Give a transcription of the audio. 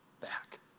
back